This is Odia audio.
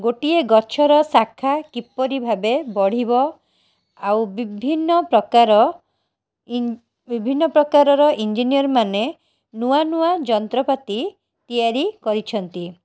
ଗୋଟିଏ ଗଛର ଶାଖା କିପରି ଭାବେ ବଢ଼ିବ ଆଉ ବିଭିନ୍ନ ପ୍ରକାର ଇ ବିଭିନ୍ନ ପ୍ରକାରର ଇଞ୍ଜିନିୟର ମାନେ ନୂଆ ନୂଆ ଯନ୍ତ୍ରପାତି ତିଆରି କରିଛନ୍ତି